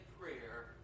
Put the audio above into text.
prayer